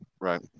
Right